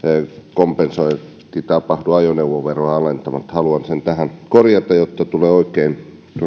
kompensointi ei tapahdu ajoneuvoveroa alentamalla haluan sen tähän korjata jotta tulee oikein